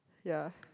ya